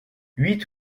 huit